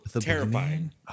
Terrifying